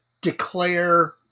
declare